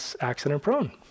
accident-prone